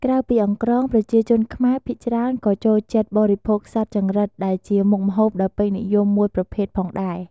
ក្រៅពីអង្រ្កង ប្រជាជនខ្មែរភាគច្រើនក៏ចូលបរិភោគសត្វចង្រិតដែលជាមុខម្ហូបដ៏ពេញនិយមមួយប្រភេទផងដែរ។